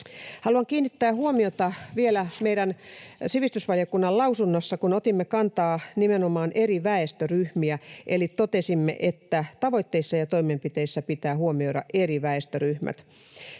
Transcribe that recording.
Haluan kiinnittää huomiota vielä siihen, kun me sivistysvaliokunnan lausunnossa otimme kantaa nimenomaan eri väestöryhmiin, eli totesimme, että tavoitteissa ja toimenpiteissä pitää huomioida eri väestöryhmät.